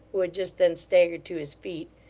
who had just then staggered to his feet,